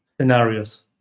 scenarios